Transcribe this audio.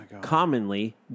commonly